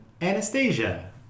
Anastasia